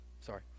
sorry